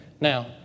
Now